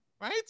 right